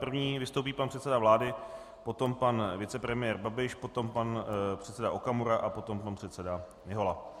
První vystoupí pan předseda vlády, potom pan vicepremiér Babiš, potom pan předseda Okamura a potom pan předseda Mihola.